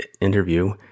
interview